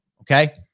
Okay